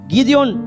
Gideon